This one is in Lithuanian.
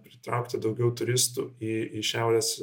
pritraukti daugiau turistų į į šiaurės